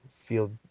feel